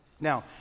Now